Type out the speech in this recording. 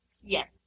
Yes